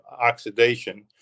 oxidation